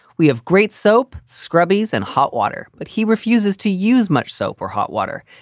we have great soap, scrubs and hot water, but he refuses to use much soap or hot water.